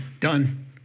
Done